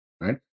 right